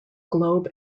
globe